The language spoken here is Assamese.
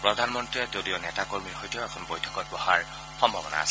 প্ৰধানমন্ত্ৰীয়ে দলীয় নেতা কৰ্মীৰ সৈতেও এখন বৈঠকত বহাৰ সম্ভাৱনা আছে